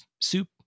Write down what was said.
soup